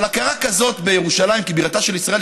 אבל הכרה כזאת בירושלים כבירתה של ישראל,